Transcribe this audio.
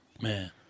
Man